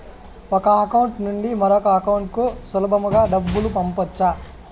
ఒక అకౌంట్ నుండి మరొక అకౌంట్ కు సులభమా డబ్బులు పంపొచ్చా